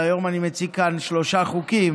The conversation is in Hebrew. היום אני מציג כאן שלושה חוקים,